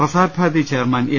Prasar Bharati chairman A